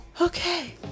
Okay